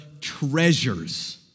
treasures